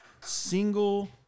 single